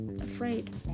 afraid